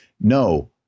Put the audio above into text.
no